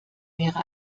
wäre